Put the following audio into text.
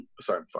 sorry